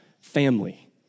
family